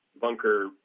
bunker